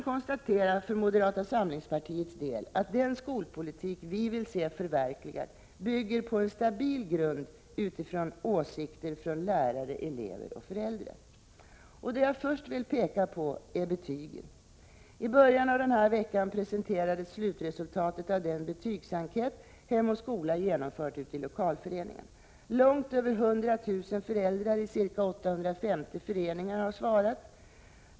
Jag kan för moderata samlingspartiets del konstatera att den skolpolitik vi vill se förverkligad bygger på en stabil grund utifrån åsikter från lärare, elever och föräldrar. Det jag först vill peka på är betygen. I början av den här veckan presenterades slutresultatet av den betygsenkät Hem och skola genomfört ute i lokalföreningarna. Långt över 100 000 föräldrar ica 850 föreningar har svarat.